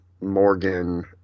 Morgan